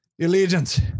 allegiance